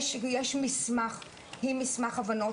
יש מסמך עם מסמך הבנות,